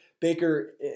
Baker